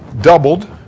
doubled